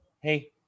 hey